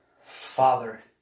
Father